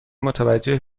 متوجه